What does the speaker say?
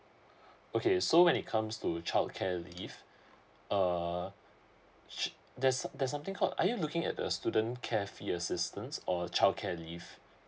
okay so when it comes to childcare leave uh sh there's there's something called are you looking at a student care fee assistance or childcare leave